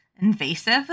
invasive